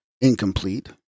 incomplete